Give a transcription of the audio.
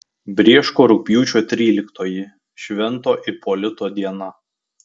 brėško rugpjūčio tryliktoji švento ipolito diena